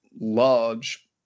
large